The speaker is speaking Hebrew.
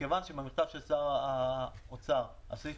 מכיוון שבמכתב של שר האוצר הסעיף